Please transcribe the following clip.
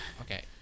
Okay